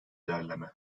ilerleme